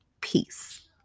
Peace